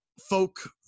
folk